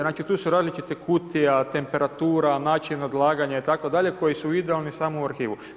Znači tu su različite kutije, temperatura, način odlaganja itd. koji su idealni samo u arhivu.